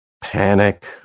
panic